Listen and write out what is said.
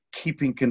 keeping